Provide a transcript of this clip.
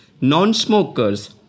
non-smokers